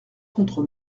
contre